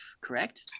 correct